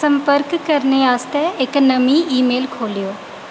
संपर्क करने आस्तै इक नमीं ईमेल खोह्लेओ